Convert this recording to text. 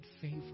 favor